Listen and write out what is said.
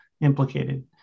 implicated